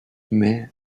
mais